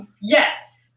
yes